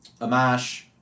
Amash